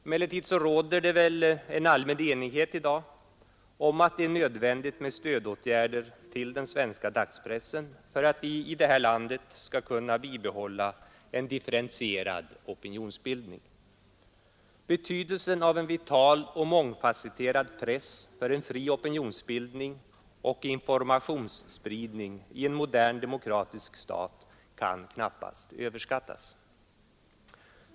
Emellertid råder det väl en allmän enighet i dag om att det är nödvändigt med stödåtgärder till svensk dagspress för att vi i det här landet skall kunna bibehålla en differentierad opinionsbildning. Betydelsen av en vital och mångfasetterad press för en fri opinionsbildning och informationsspridning i en modern demokratisk stat kan knappast överskattas.